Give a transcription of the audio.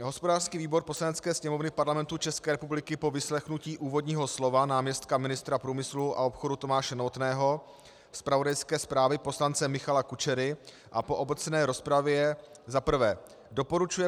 Hospodářský výbor Poslanecké sněmovny Parlamentu České republiky po vyslechnutí úvodního slova náměstka ministra průmyslu a obchodu Tomáše Novotného, zpravodajské zprávy poslance Michala Kučery a po obecné rozpravě za prvé doporučuje